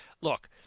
Look